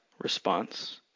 response